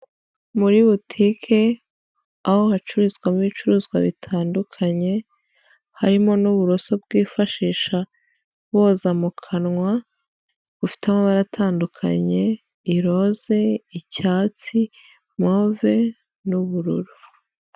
Muri butike aho hacururizwamo ibicuruzwa bitandukanye ,harimo n'uburoso bwifashishwa boza mu kanwa, bufite amabara atandukanye, iroze, icyatsi, move ,n'ubururu.